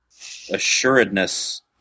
assuredness